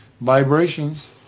Vibrations